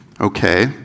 Okay